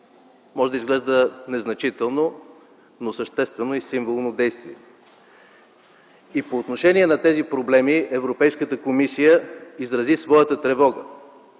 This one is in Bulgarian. Може да изглежда незначително, но е съществено и символно действие. И по отношение на тези проблеми Европейската комисия изрази своята тревога.